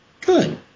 good